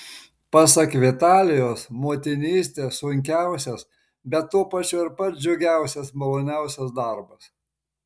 pasak vitalijos motinystė sunkiausias bet tuo pačiu ir pats džiugiausias maloniausias darbas